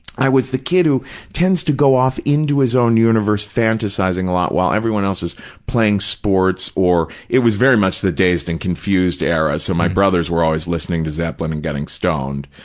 i was the kid who tends to go off into his own universe, fantasizing a lot, while everyone else is playing sports or, it was very much the dazed and confused era, so my brothers were always listening to zeppelin and getting stoned.